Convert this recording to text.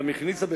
גם הכניסה,